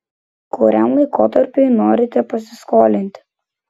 kuriam laikotarpiui norite pasiskolinti